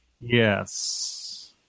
Yes